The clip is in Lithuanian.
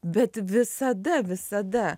bet visada visada